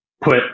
put